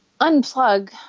unplug